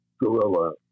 gorilla